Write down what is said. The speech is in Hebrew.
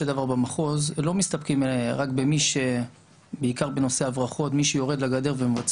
בילדי הפזורה שבמקום ללכת ללמוד רפואת שיניים או כל